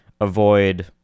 avoid